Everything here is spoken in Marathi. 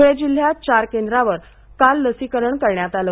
ध्ळे जिल्ह्यात चार केंद्रावर काल लसीकरण करण्यात आलं